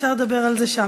אפשר לדבר על זה שם.